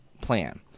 plan